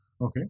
Okay